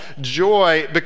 joy